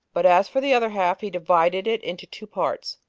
but as for the other half, he divided it into two parts,